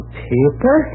paper